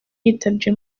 yitabye